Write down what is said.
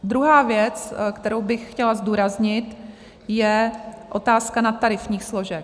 Druhá věc, kterou bych chtěla zdůraznit, je otázka nadtarifních složek.